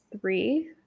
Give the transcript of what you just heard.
three